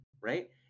Right